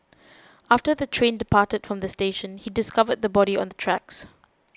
after the train departed from the station he discovered the body on the tracks